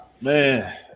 man